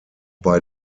bei